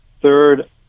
third